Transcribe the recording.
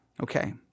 Okay